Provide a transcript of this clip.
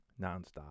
nonstop